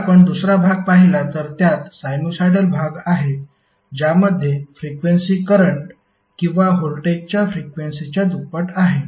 जर आपण दुसरा भाग पाहिला तर त्यात साइनुसॉईडल भाग आहे ज्यामध्ये फ्रिक्वेन्सी करंट किंवा व्होल्टेजच्या फ्रिक्वेन्सीच्या दुप्पट आहे